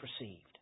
received